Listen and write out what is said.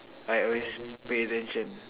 I always pay attention